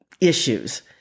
issues